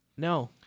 No